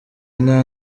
nta